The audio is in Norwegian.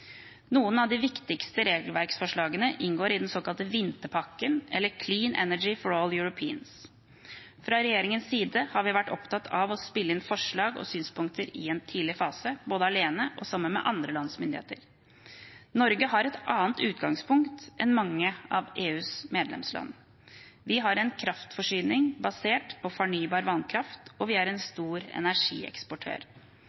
Noen av de viktigste regelverksforslagene inngår i den såkalte vinterpakken, eller Clean Energy for All Europeans. Fra regjeringens side har vi vært opptatt av å spille inn forslag og synspunkter i en tidlig fase, både alene og sammen med andre lands myndigheter. Norge har et annet utgangspunkt enn mange av EUs medlemsland. Vi har en kraftforsyning basert på fornybar vannkraft, og vi er en